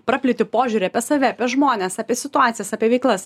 praplėti požiūrį apie save apie žmones apie situacijas apie veiklas